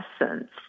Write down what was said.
essence